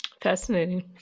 fascinating